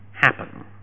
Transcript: happen